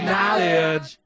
Knowledge